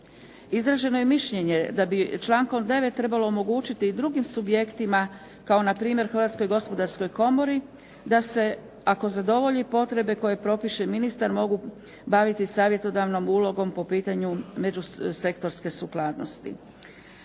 Izraženo je i mišljenje da bi člankom 9. trebalo omogućiti i drugim subjektima kao npr. Hrvatskoj gospodarskoj komori da se ako zadovolji potrebne koje propiše ministar mogu baviti savjetodavnom ulogom po pitanju međusektorske sukladnosti.